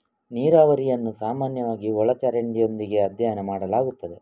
ನೀರಾವರಿಯನ್ನು ಸಾಮಾನ್ಯವಾಗಿ ಒಳ ಚರಂಡಿಯೊಂದಿಗೆ ಅಧ್ಯಯನ ಮಾಡಲಾಗುತ್ತದೆ